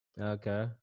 Okay